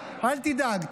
אל תדאג,